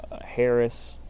Harris